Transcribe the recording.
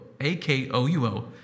A-K-O-U-O